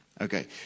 okay